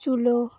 ᱪᱩᱞᱳ